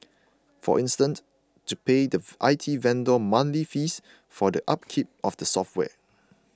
for instance to pay thief I T vendor monthly fees for the upkeep of the software